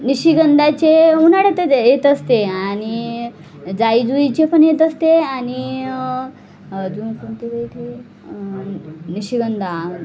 निशिगंधाचे उन्हाळ्यातच येत असते आणि जाईजुईचे पण येत असते आणि अजून कोणते बरं ते निशिगंध हां